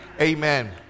Amen